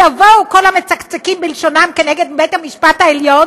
יבואו כל המצקצקים בלשונם כנגד בית המשפט העליון